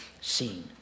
seen